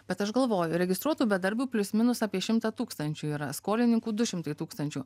bet aš galvoju registruotų bedarbių plius minus apie šimtą tūkstančių yra skolininkų du šimtai tūkstančių